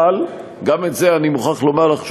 אבל גם את זה אני מוכרח לומר לך,